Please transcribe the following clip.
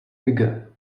figure